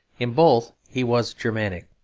in both he was germanic.